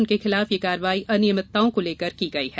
उनके खिलाफ यह कार्यवाही अनियमिताओं को लेकर की गयी है